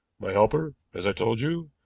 my helper, as i told you,